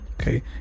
okay